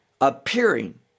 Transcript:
appearing